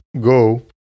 go